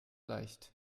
leicht